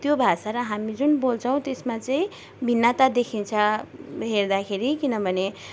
त्यो भाषा र हामी जुन बोल्छौँ त्यसमा चाहिँ भिन्नता देखिन्छ हेर्दाखेरि किनभने